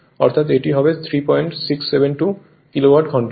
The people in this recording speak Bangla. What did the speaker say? অর্থাৎ এটি হবে 3672 কিলোওয়াট ঘন্টা